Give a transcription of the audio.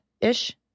Ish